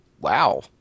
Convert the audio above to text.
wow